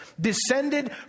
descended